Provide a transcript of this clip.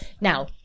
Now